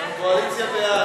עפר שלח,